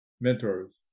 mentors